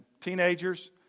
Teenagers